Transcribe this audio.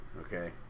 Okay